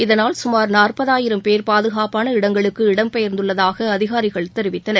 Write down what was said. இதனால் சுமார் நாற்பதாயிரம் பேர் பாதுகாப்பாள இடங்களுக்கு இடம்பெயர்ந்துள்ளதாக அதிகாரிகள் தெரிவித்தனர்